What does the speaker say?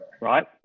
right